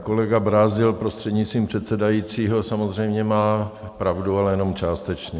Kolega Brázdil, prostřednictvím předsedajícího, samozřejmě má pravdu, ale jenom částečně.